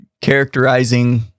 characterizing